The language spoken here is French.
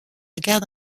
garde